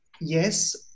yes